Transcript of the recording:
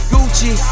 Gucci